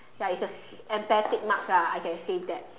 ya it's a empathic marks lah I can say that